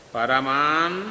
Paraman